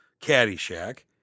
Caddyshack